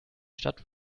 stadt